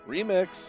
Remix